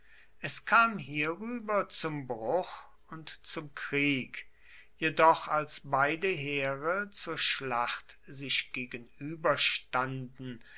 es kam hierüber zum bruch und zum krieg jedoch als beide heere zur schlacht sich gegenüberstanden